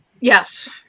Yes